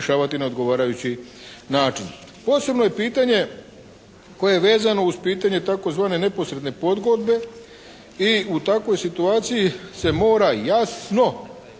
na odgovarajući način. Posebno je pitanje koje je vezano uz pitanje tzv. neposredne pogodbe i u takvoj situaciji se mora jasno